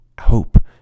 hope